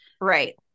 Right